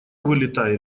вылетай